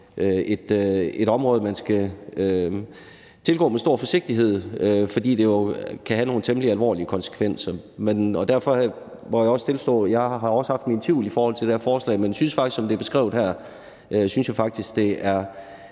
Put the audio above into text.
et område, man skal tilgå med stor forsigtighed, fordi det jo kan have nogle temmelig alvorlige konsekvenser, og derfor må jeg også tilstå, at jeg har haft mine tvivl i forhold til det her forslag, men jeg synes faktisk, at det, som det er beskrevet her, er rimelig oplagt, og at det er